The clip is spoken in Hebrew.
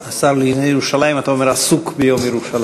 הישיבה המאה-וארבעים של הכנסת התשע-עשרה יום רביעי,